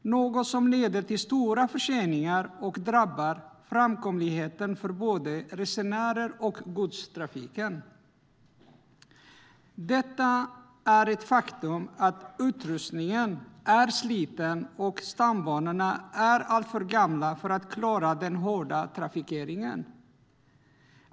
Det leder till stora förseningar och drabbar framkomligheten för både resenärer och godstrafik. Det är ett faktum att utrustningen är sliten och att stambanorna är alltför gamla för att klara den hårda trafikeringen.